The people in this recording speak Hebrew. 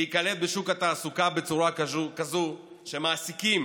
להיקלט בשוק התעסוקה בצורה כזאת שמעסיקים